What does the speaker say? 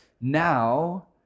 Now